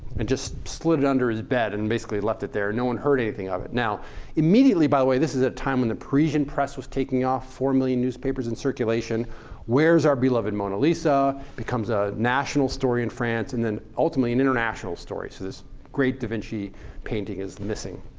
and just slid it under his bed, and basically left it there. and no one heard anything of it. now immediately by the way, this time when the parisian press was taking off, four million newspapers in circulation where's our beloved mona lisa becomes a national story in france and then ultimately an international story. so this great da vinci painting is missing.